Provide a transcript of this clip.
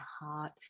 heart